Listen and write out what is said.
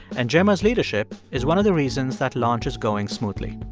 and gemma's leadership is one of the reasons that launch is going smoothly